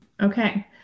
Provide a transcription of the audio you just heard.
Okay